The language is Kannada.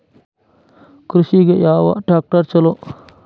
ಕೃಷಿಗ ಯಾವ ಟ್ರ್ಯಾಕ್ಟರ್ ಛಲೋ?